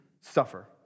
suffer